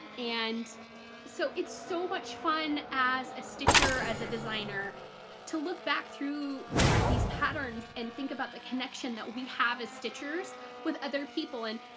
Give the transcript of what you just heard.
and so it's so much fun. as a stitcher as a designer to look back through these patterns and think about the connection that we have as stitchers with other people and